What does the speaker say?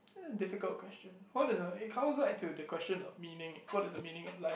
uh difficult question what is the it comes back to the question of meaning eh what is the meaning of life